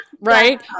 Right